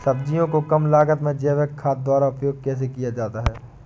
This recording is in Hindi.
सब्जियों को कम लागत में जैविक खाद द्वारा उपयोग कैसे किया जाता है?